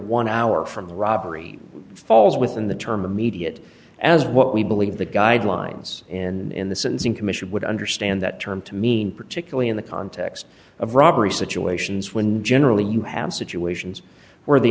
one hour from the robbery falls within the term immediate as what we believe the guidelines in the sentencing commission would understand that term to mean particularly in the context of robbery situations when generally you have situations where the